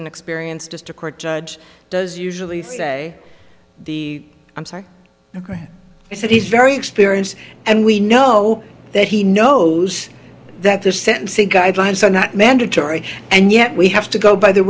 an experienced as to court judge does usually say the i'm sorry ok he said he's very experienced and we know that he knows that this sentencing guidelines are not mandatory and yet we have to go by the